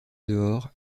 dehors